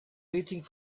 waiting